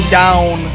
down